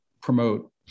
promote